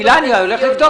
עדיין לא.